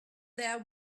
there